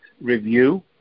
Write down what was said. review